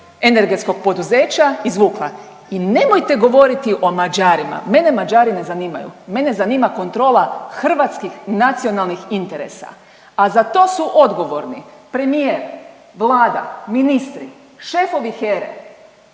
energetskog poduzeća izvukla. I nemojte govoriti o Mađarima, mene Mađari ne zanimaju, mene zanima kontrola hrvatskih nacionalnih interesa. A za to su odgovorni premijer, vlada, ministri, šefovi